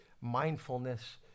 mindfulness